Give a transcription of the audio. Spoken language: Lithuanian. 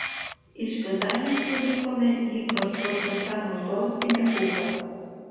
iš kazanės nuvykome į baškortostano sostinę ufą